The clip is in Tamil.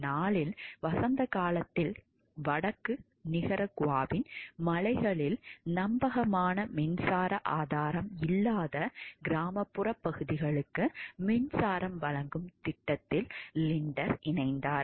1994 வசந்த காலத்தில் வடக்கு நிகரகுவாவின் மலைகளில் நம்பகமான மின்சார ஆதாரம் இல்லாத கிராமப்புற பகுதிகளுக்கு மின்சாரம் வழங்கும் திட்டத்தில் லிண்டர் இணைந்தார்